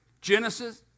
Genesis